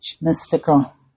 Mystical